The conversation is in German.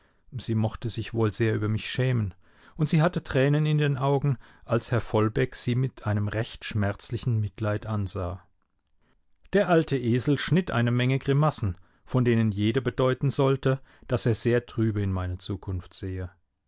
sie mochte sich wohl sehr über mich schämen und sie hatte tränen in den augen als herr vollbeck sie mit einem recht schmerzlichen mitleid ansah der alte esel schnitt eine menge grimassen von denen jede bedeuten sollte daß er sehr trübe in meine zukunft sehe